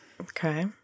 Okay